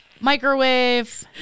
Microwave